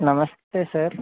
నమస్తే సార్